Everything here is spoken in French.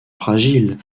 fragile